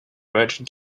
merchant